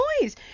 noise